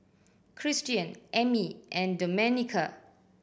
Christian Ammie and Domenica